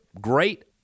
great